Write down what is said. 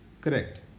Correct